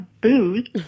booze